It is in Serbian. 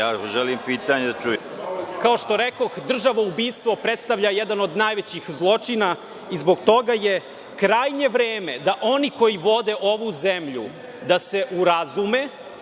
Ja želim pitanje da čujem. **Petar Petković** Kao što rekoh, državoubistvo predstavlja jedan od najvećih zločina i zbog toga je krajnje vreme da oni koji vode ovu zemlju da se urazume,